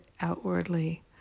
outwardly